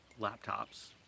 laptops